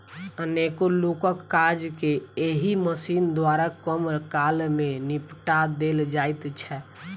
अनेको लोकक काज के एहि मशीन द्वारा कम काल मे निपटा देल जाइत छै